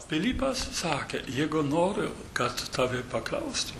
pilypas sakė jeigu nori kad tave paklaustų